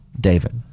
David